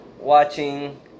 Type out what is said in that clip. watching